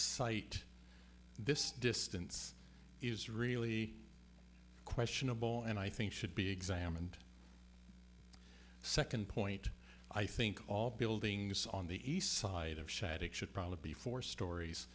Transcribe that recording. site this distance is really questionable and i think should be examined second point i think all buildings on the east side of shattuck should probably be four stories